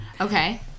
Okay